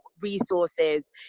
resources